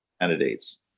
candidates